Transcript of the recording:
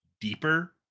deeper